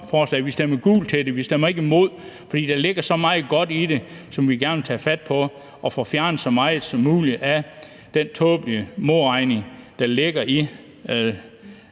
forslaget. Vi stemmer gult til det. Vi stemmer ikke imod, for der ligger så meget godt i det, som vi gerne vil tage fat på i forhold til at få fjernet så meget som muligt af den tåbelige modregning, der ligger i